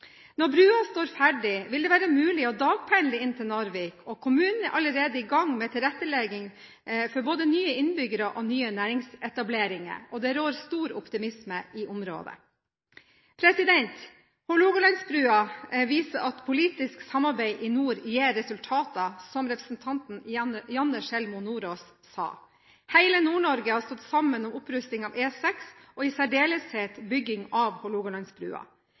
Når brua står ferdig, vil det være mulig å dagpendle inn til Narvik, og kommunen er allerede i gang med tilrettelegging for både nye innbyggere og nye næringsetableringer. Det rår stor optimisme i området. Hålogalandsbrua viser at politisk samarbeid i nord gir resultater, som representanten Janne Sjelmo Nordås sa. Hele Nord-Norge har stått sammen om opprusting av E6 og i særdeleshet om bygging av